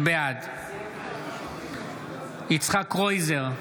בעד יצחק קרויזר,